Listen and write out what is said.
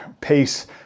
pace